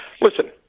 Listen